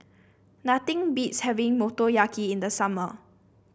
nothing beats having Motoyaki in the summer